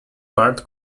part